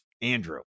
Andrew